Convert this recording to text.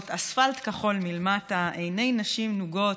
/ אספלט כחול מלמטה / עיני נשים נוגות,